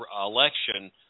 election